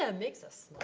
ah makes us